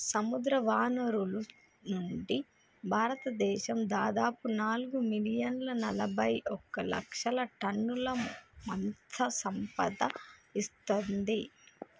సముద్రవనరుల నుండి, భారతదేశం దాదాపు నాలుగు మిలియన్ల నలబైఒక లక్షల టన్నుల మత్ససంపద ఇస్తుంది